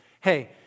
Hey